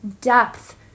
depth